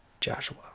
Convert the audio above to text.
Joshua